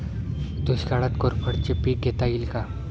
दुष्काळात कोरफडचे पीक घेता येईल का?